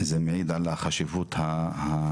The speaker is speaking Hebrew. זה מעיד על חשיבות הנושא.